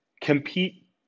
compete